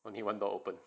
only one door open